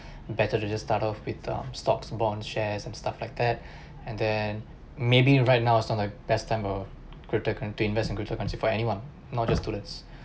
better to just start off with um stocks bonds shares and stuff like that and then maybe right is not the best time for crypto curren~ to invest in crypto currencies for anyone not just students